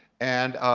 and